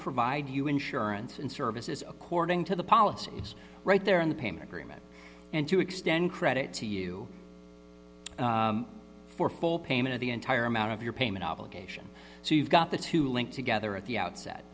provide you insurance and services according to the policies right there in the payment agreement and to extend credit to you for full payment of the entire amount of your payment obligation so you've got the two dollars linked together at the outset